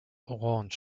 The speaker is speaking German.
orange